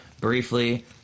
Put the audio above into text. briefly